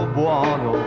buono